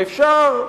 ואפשר,